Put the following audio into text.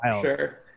sure